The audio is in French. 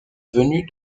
venus